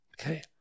Okay